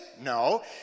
No